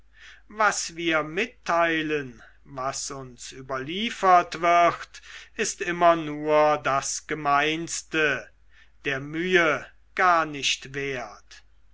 was wir mitteilen was uns überliefert wird ist immer nur das gemeinste der mühe gar nicht wert